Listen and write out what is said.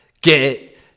get